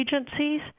agencies